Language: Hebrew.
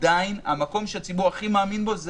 עדיין המקום שהציבור הכי מאמין בו הוא